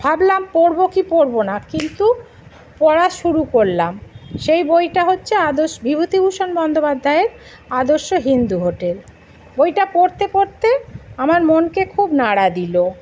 ভাবলাম পড়ব কি পড়ব না কিন্তু পড়া শুরু করলাম সেই বইটা হচ্ছে বিভূতিভূষণ বন্দ্যোপাধ্যায়ের আদর্শ হিন্দু হোটেল বইটা পড়তে পড়তে আমার মনকে খুব নাড়া দিল